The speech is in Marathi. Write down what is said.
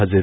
हजेरी